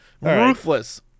Ruthless